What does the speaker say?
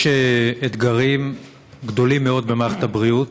יש אתגרים גדולים מאוד במערכת הבריאות,